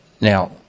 now